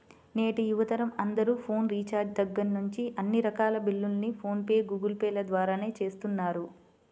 నేటి యువతరం అందరూ ఫోన్ రీఛార్జి దగ్గర్నుంచి అన్ని రకాల బిల్లుల్ని ఫోన్ పే, గూగుల్ పే ల ద్వారానే చేస్తున్నారు